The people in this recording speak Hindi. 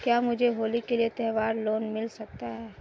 क्या मुझे होली के लिए त्यौहार लोंन मिल सकता है?